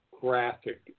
graphic